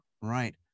Right